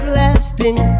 lasting